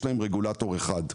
להם יש רגולטור אחד.